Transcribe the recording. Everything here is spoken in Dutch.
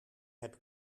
heb